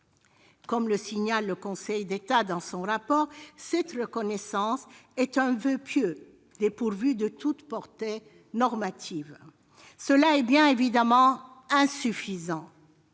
Comme le signale le Conseil d'État dans son rapport, cette reconnaissance est un voeu pieux, dépourvu de toute portée normative. Cela est bien évidemment insuffisant.